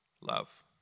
love